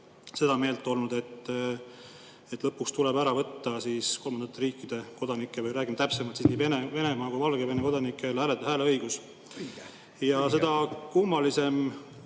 seda meelt olnud, et lõpuks tuleb ära võtta kolmandate riikide kodanike, või räägime täpsemalt, nii Venemaa kui ka Valgevene kodanike hääleõigus. Seda kummalisem